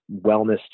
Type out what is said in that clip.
wellness